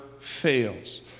fails